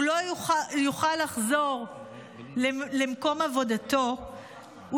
הוא לא יוכל לחזור למקום עבודתו,